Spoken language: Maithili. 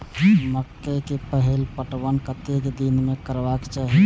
मकेय के पहिल पटवन कतेक दिन में करबाक चाही?